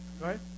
right